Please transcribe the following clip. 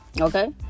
okay